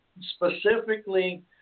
Specifically